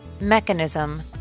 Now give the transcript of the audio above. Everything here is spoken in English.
Mechanism